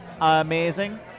amazing